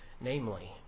namely